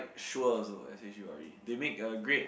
shure also s_h_u_r_e they make a great